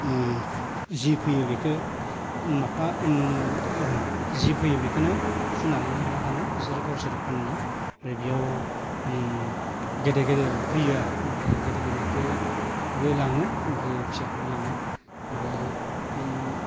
जि फैयो बेखौ माफा जि फैयो बेखौनो सुनानै लाना थाङो बिसोरो गावसोर फाननो ओमफ्राय बेयाव गेदेर गेदेर फैयो आरो ओमफ्राय गेदेर गेदेरखौबो लाङो ओमफ्राय फिसाखौबो लाङो ओमफ्राय